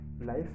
life